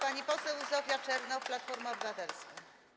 Pani poseł Zofia Czernow, Platforma Obywatelska.